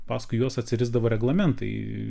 paskui juos atsirisdavo reglamentai